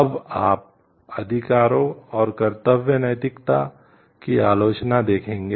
अब आप अधिकारों और कर्तव्य नैतिकता की आलोचना देखेंगे